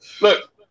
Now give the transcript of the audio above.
Look